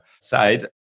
side